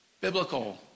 Biblical